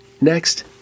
Next